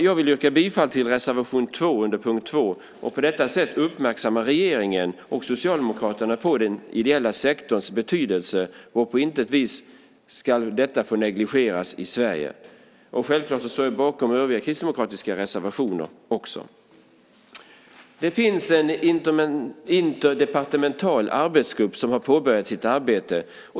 Jag yrkar bifall till reservation 2 under punkt 2. På detta sätt vill jag uppmärksamma regeringen och Socialdemokraterna på den ideella sektorns betydelse. På intet sätt ska detta få negligeras i Sverige. Självfallet står jag bakom också övriga kristdemokratiska reservationer. Det finns en interdepartemental arbetsgrupp som har påbörjat sitt arbete.